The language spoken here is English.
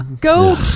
Go